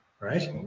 right